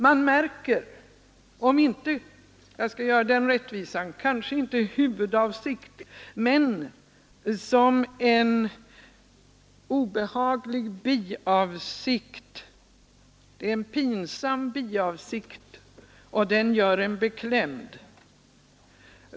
Man märker detta, kanske inte som huvudavsikt — jag skall göra vederbörande den rättvisan — men som en obehaglig, pinsam biavsikt, och den gör en beklämd.